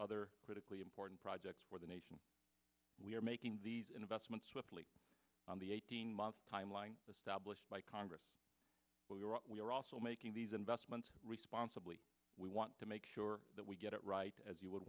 other critically important projects where the nation we are making these investments with lead on the eighteen month timeline established by congress we will we are also making these investments responsibly we want to make sure that we get it right as you would